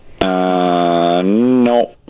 No